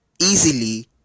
easily